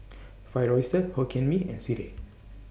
Fried Oyster Hokkien Mee and Sireh